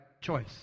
choice